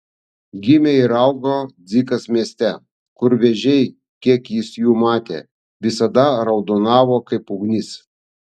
gimė ir augo dzikas mieste kur vėžiai kiek jis jų matė visada raudonavo kaip ugnis